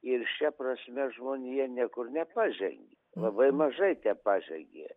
ir šia prasme žmonija niekur nepažengė labai mažai tepažengė